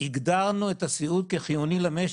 הגדרנו את הסיעוד כחיוני למשק,